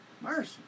Mercy